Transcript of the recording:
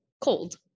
cold